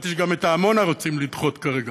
שמעתי שגם את עמונה רוצים לדחות כרגע,